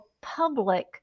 public